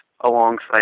alongside